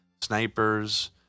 snipers